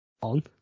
on